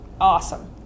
awesome